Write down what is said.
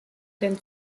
denn